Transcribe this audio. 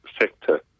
sector